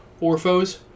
orphos